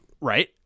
Right